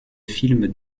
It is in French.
films